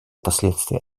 последствия